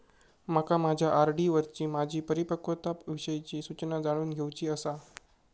माका माझ्या आर.डी वरची माझी परिपक्वता विषयची सूचना जाणून घेवुची आसा